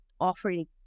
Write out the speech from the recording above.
offering